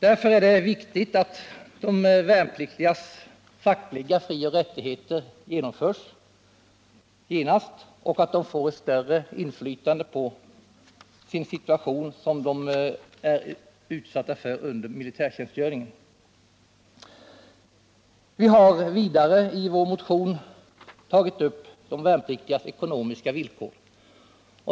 Därför är det viktigt att de värnpliktigas fackliga frioch rättigheter genast tillgodoses och att de får ett större inflytande på den situation som de befinner sig i under värnpliktstjänstgöringen. Vi har vidare i vår motion tagit upp de värnpliktigas ekonomiska villkor.